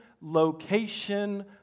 location